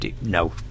no